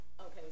Okay